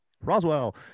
Roswell